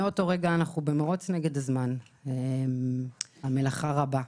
באותו רגע אנחנו במרוץ נגד הזמן והמלאכה רבה.